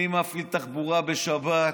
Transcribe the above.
מי מפעיל תחבורה בשבת,